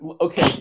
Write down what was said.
okay